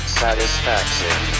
satisfaction